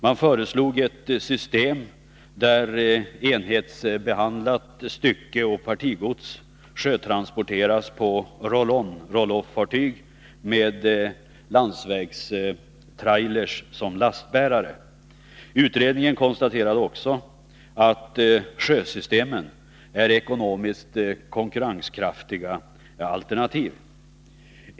Man föreslog ett system, där enhetsbehandlat styckeoch partigods sjötransporteras på roll on-roll off-fartyg med landsvägstrailrar såsom lastbärare. Utredningen konstaterade också att sjösystemen är ekonomiskt konkurrenskraftiga alternativ.